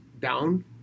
Down